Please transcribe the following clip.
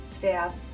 staff